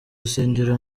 rusengero